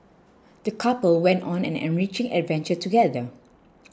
the couple went on an enriching adventure together